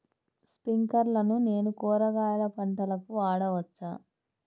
స్ప్రింక్లర్లను నేను కూరగాయల పంటలకు వాడవచ్చా?